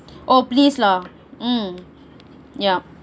oh please lah mm ya